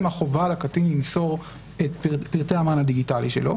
החובה על הקטין למסור את פרטי המען הדיגיטלי שלו.